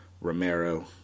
Romero